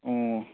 ꯑꯣ